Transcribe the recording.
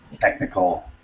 Technical